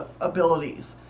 abilities